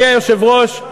אדוני היושב-ראש,